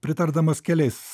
pritardamas keliais